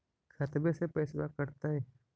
खतबे से पैसबा कटतय?